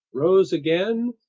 rose again,